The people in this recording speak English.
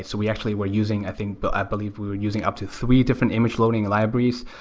so we actually were using, i think but i believe we were using up to three different image loading libraries,